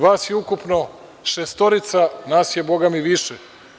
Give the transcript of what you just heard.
Vas je ukupno šestorica nas je bogami više.